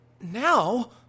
Now